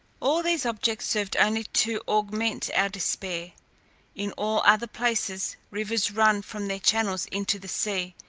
all these objects served only to augment our despair. in all other places, rivers run from their channels into the sea,